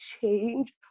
change